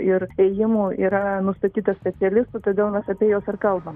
ir ėjimų yra nustatyta specialistų todėl mes apie juos ir kalbam